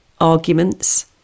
arguments